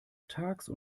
tags